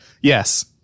Yes